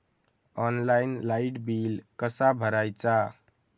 Online light bill कसा भरायचा?